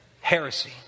Heresy